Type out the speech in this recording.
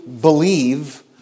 believe